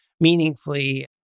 meaningfully